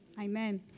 Amen